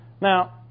Now